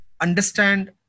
understand